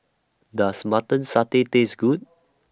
Does Mutton Satay Taste Good